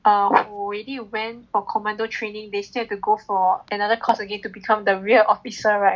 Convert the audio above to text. who already went for commando training they still have to go for another course again to become the real officer right